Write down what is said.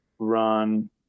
run